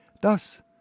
thus